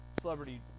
celebrity